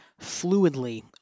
fluidly